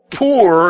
poor